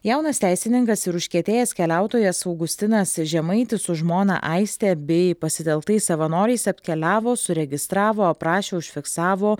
jaunas teisininkas ir užkietėjęs keliautojas augustinas žemaitis su žmona aiste bei pasitelktais savanoriais apkeliavo suregistravo aprašė užfiksavo